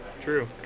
true